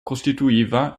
costituiva